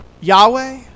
Yahweh